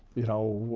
you know,